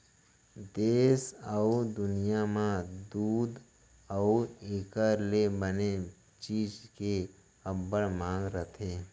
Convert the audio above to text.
देस अउ दुनियॉं म दूद अउ एकर ले बने चीज के अब्बड़ मांग रथे